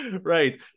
Right